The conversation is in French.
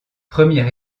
premier